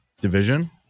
Division